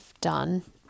done